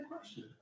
question